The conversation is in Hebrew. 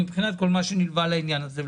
מבחינת כל מה שנלווה לעניין הזה.